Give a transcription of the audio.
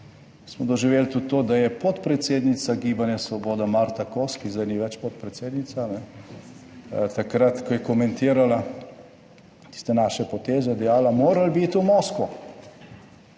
smo doživeli tudi to, da je podpredsednica gibanja Svoboda Marta Kos, ki zdaj ni več podpredsednica, takrat, ko je komentirala tiste naše poteze dejala: Morali bi iti v Moskvo.